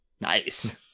Nice